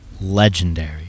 legendary